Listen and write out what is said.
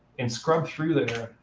and scrub through there,